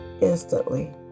instantly